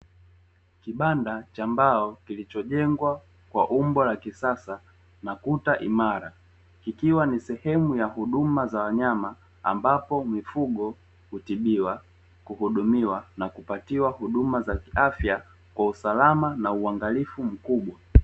Kibanda cha mbao kilichojingwa kwa umbo la kisasa na kuta imara kikiwa ni sehemu za wanyama ambapo mifugo hutibiwa, kuhudumiwa na kupatiwa huduma za afya kwa usalama na uangalifu mkubwa.